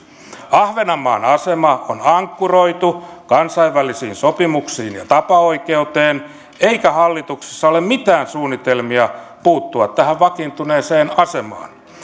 ahvenanmaan asema on ankkuroitu kansainvälisiin sopimuksiin ja tapaoikeuteen eikä hallituksessa ole mitään suunnitelmia puuttua tähän vakiintuneeseen asemaan